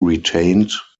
retained